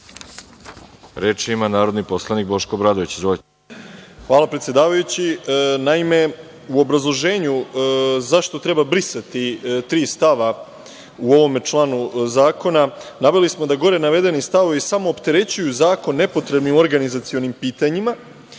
reč? Reč ima narodni poslanik Boško Obradović. Izvolite. **Boško Obradović** Hvala, predsedavajući. Naime, u obrazloženju zašto treba brisati tri stava u ovom članu zakona, naveli smo da gore navedeni stavovi samo opterećuju zakon nepotrebnim organizacionim pitanjima.